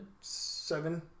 Seven